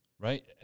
right